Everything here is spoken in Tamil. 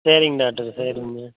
சரிங்க டாக்டர் சரிங்க